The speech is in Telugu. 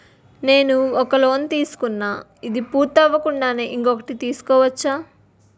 నేను ఒక లోన్ తీసుకున్న, ఇది పూర్తి అవ్వకుండానే ఇంకోటి తీసుకోవచ్చా?